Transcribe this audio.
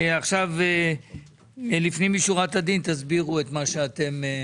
עכשיו לפנים משורת הדין תסבירו את מה שאתם רוצים.